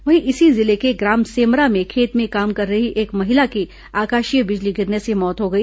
वहीं इसी जिले के ग्राम सेमरा में खेत में काम कर रही एक महिला की आकाशीय बिजली गिरने से मौत हो गई